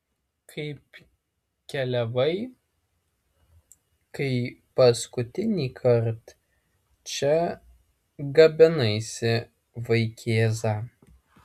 kaip keliavai kai paskutinįkart čia gabenaisi vaikėzą